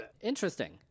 interesting